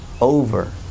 over